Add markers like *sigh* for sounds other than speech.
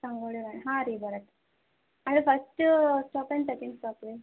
*unintelligible* ಹಾಂ ರೀ ಬರತ್ತೆ ಅಂದರೆ ಫಸ್ಟೂ ಸ್ಟಾಪಾ ಸೆಕೆಂಡ್ ಸ್ಟಾಪಾ ರೀ